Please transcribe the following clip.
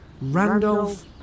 Randolph